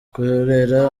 kurera